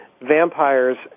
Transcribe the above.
Vampires